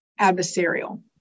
adversarial